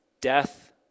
Death